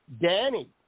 Danny